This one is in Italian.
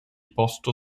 posti